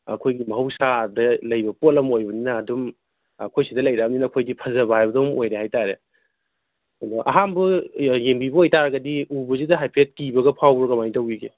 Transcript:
ꯑꯩꯈꯣꯏꯒꯤ ꯃꯍꯧꯁꯥꯗ ꯂꯩꯕ ꯄꯣꯠ ꯑꯃ ꯑꯣꯏꯕꯅꯤꯅ ꯑꯗꯨꯝ ꯑꯩꯈꯣꯏ ꯁꯤꯗ ꯂꯩꯔꯛꯑꯃꯤꯅ ꯑꯩꯈꯣꯏꯗꯤ ꯐꯖꯕ ꯍꯥꯏꯕꯗꯨ ꯑꯣꯏꯔꯦ ꯍꯥꯏꯇꯔꯦ ꯑꯗ ꯑꯍꯥꯟꯕ ꯌꯦꯡꯕꯤꯕ ꯑꯣꯏꯇꯔꯒꯗꯤ ꯎꯕꯁꯤꯗ ꯍꯥꯏꯐꯦꯠ ꯀꯤꯕꯒ ꯐꯥꯎꯕ꯭ꯔꯥ ꯀꯃꯥꯏꯅ ꯇꯧꯕꯤꯒꯦ